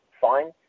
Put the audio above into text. fine